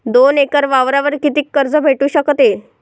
दोन एकर वावरावर कितीक कर्ज भेटू शकते?